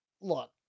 look